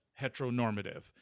heteronormative